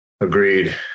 Agreed